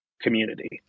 community